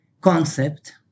concept